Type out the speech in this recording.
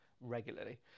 regularly